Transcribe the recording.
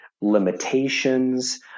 limitations